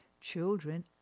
Children